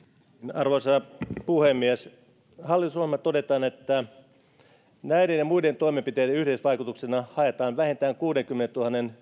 arvoisa puhemies hallitusohjelmassa todetaan näiden ja muiden toimenpiteiden yhteisvaikutuksena haetaan vähintään kuusikymmentätuhatta